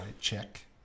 check